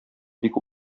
бик